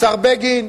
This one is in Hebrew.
השר בגין,